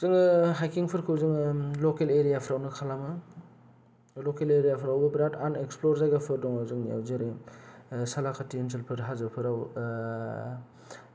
जोङो हाइकिंफोरखौ जोङो लकेल एरियाफ्रावनो खालामो लकेल एरियाफ्रावबो बिराद आनएक्सप्लर जायगाफोर दङ जोंनिआव जेरै सालाखाथि ओनसोलफोर हाजोफोराव